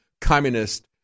communist